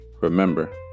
Remember